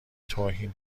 توهین